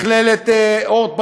ממכללת "אורט בראודה",